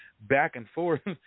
back-and-forth